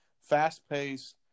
fast-paced